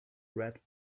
red